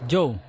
Joe